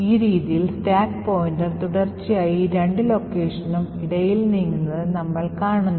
ഈ രീതിയിൽ stack pointer തുടർച്ചയായി ഈ രണ്ടു ലൊക്കേഷനും ഇടയിൽ നീങ്ങുന്നത് നമ്മൾ കാണുന്നു